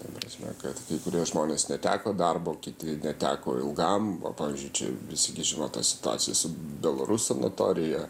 ta prasme kad kai kurie žmonės neteko darbo kiti neteko ilgam va pavyzdžiui čia vis gi žino tą situaciją su belarus sanatorija